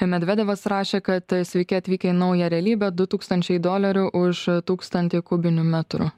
medvedevas rašė kad sveiki atvykę į naują realybę du tūkstančiai dolerių už tūkstantį kubinių metrų